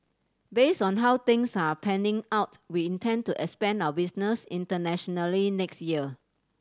based on how things are panning out we intend to expand our business internationally next year